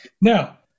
now